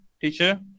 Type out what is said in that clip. teacher